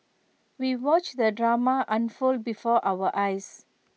we watched the drama unfold before our eyes